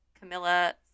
camilla